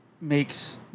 makes